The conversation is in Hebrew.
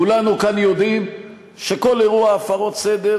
כולנו כאן יודעים שכל אירוע הפרות סדר